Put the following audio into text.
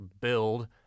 build